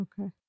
Okay